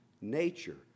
nature